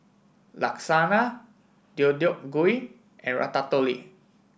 Lasagna Deodeok Gui and Ratatouille